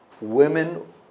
women